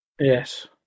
Yes